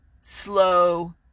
slow